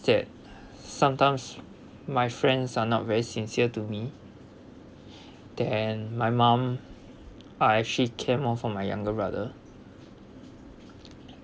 that sometimes my friends are not very sincere to me then my mom are actually care more for my younger brother